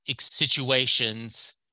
situations